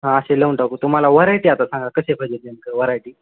हा असे तुम्हाला वरायटी आता सांगा कसे पाहिजे नेमकं वरायटी